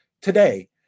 today